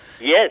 Yes